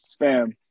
Spam